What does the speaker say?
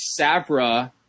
Savra